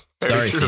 Sorry